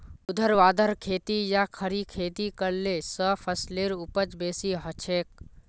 ऊर्ध्वाधर खेती या खड़ी खेती करले स फसलेर उपज बेसी हछेक